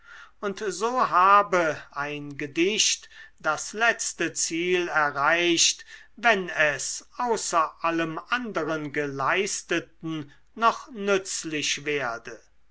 und so habe ein gedicht das letzte ziel erreicht wenn es außer allem anderen geleisteten noch nützlich werde